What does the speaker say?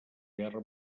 guerra